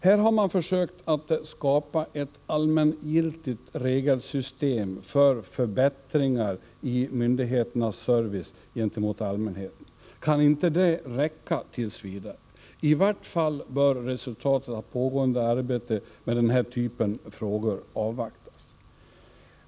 Här har man försökt att skapa ett allmängiltigt regelsystem för förbättringar i myndigheternas service gentemot allmänheten. Kan inte det räcka tt. v.? I vart fall bör resultatet av pågående arbete med den här typen av frågor avvaktas.